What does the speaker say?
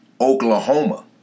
Oklahoma